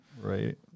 Right